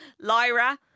Lyra